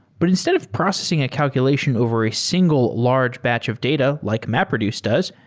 but instead of processing a calculation over a single large batch of data, like mapreduce does,